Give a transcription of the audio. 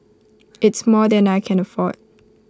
it's more than I can afford